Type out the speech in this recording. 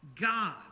God